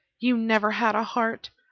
you never had a heart.